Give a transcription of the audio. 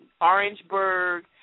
Orangeburg